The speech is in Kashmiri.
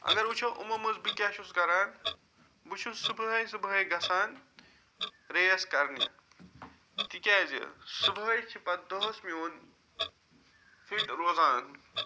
اگر وٕچھو یِمو مَنٛز بہٕ کیاہ چھُس کَران بہٕ چھُس صُبحٲے صُبحٲے گَژھان ریس کَرنہِ تکیازِ صُبحٲے چھُ پَتہٕ دۄہَس میون فِٹ روزان